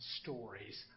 stories